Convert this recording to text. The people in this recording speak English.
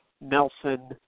Nelson